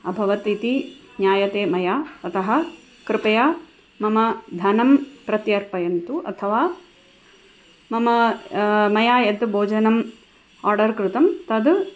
अभवत् इति ज्ञायते मया अतः कृपया मम धनं प्रत्यर्पयन्तु अथवा मम मया यद् भोजनम् आर्डर् कृतं तद्